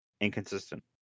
inconsistent